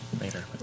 later